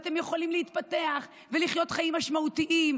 אתם יכולים להתפתח ולחיות חיים משמעותיים.